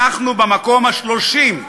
אנחנו במקום ה-30.